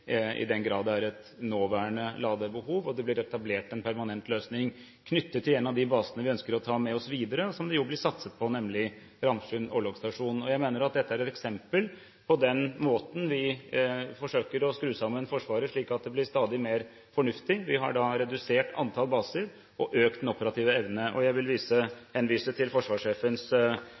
i den grad det er et nåværende ladebehov, og det blir etablert en permanent løsning knyttet til en av de basene vi ønsker å ta med oss videre, og som det blir satset på, nemlig Ramsund orlogsstasjon. Jeg mener at dette er et eksempel på den måten vi forsøker å skru sammen Forsvaret på, slik at det blir stadig mer fornuftig: Vi har redusert antall baser og økt den operative evnen. Jeg vil henvise til forsvarssjefens rapport om virksomheten i 2011, som jo dokumenterer en